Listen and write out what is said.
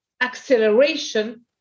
acceleration